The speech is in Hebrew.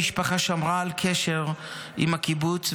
המשפחה שמרה על קשר עם הקיבוץ,